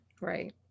Right